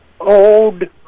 old